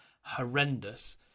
horrendous